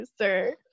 sir